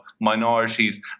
minorities